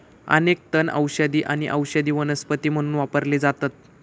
अनेक तण औषधी आणि औषधी वनस्पती म्हणून वापरले जातत